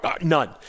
None